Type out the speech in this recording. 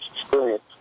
experience